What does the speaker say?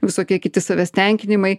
visokie kiti savęs tenkinimai